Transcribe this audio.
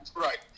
Right